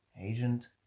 Agent